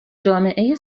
جامعه